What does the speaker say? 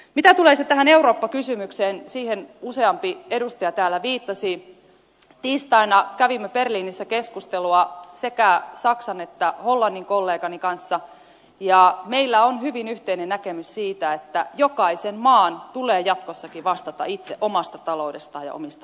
mitä sitten tulee tähän eurooppa kysymykseen siihen useampi edustaja täällä viittasi tiistaina kävimme berliinissä keskustelua sekä saksan että hollannin kollegani kanssa ja meillä on hyvin yhteinen näkemys siitä että jokaisen maan tulee jatkossakin vastata itse omasta taloudestaan ja omista veloistaan